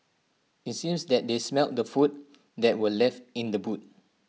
IT seems that they smelt the food that were left in the boot